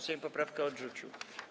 Sejm poprawkę odrzucił.